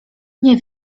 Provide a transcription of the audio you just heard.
nie